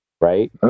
Right